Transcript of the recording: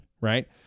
Right